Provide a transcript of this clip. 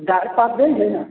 डारि पात दै छै ने